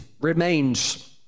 remains